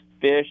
fish